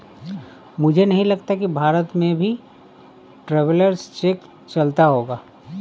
मुझे नहीं लगता कि भारत में भी ट्रैवलर्स चेक चलता होगा